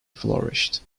flourished